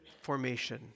formation